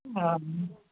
बड़ा आदमी